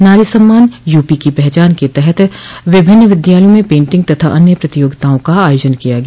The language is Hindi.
नारी सम्मान यूपी की पहचान के तहत विभिन्न विद्यालयों में पेंटिंग तथा अन्य प्रतियोगिताओं का आयोजन किया गया